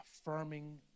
affirming